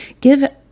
give